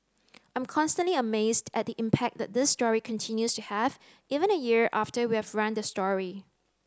I'm constantly amazed at the impact that this story continues to have even a year after we have run the story